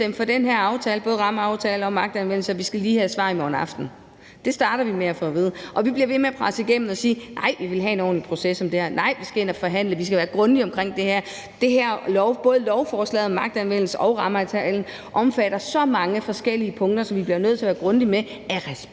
for den her aftale, både rammeaftalen og det om magtanvendelse? Og vi skal lige have svar i morgen aften. Det starter vi med at få at vide. Vi bliver ved med at presse på og sige: Nej, vi vil have en ordentlig proces om det her; nej, vi skal ind og forhandle; vi skal være grundige med det her. Både lovforslaget om magtanvendelse og rammeaftalen omfatter så mange forskellige punkter, som vi bliver nødt til at være grundige med af respekt